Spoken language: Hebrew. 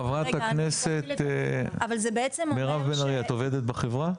חברת הכנסת מירב בן ארי, את עובדת בחברה?